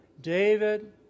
David